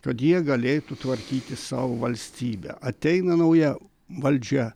kad jie galėtų tvarkyti savo valstybę ateina nauja valdžia